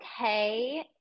okay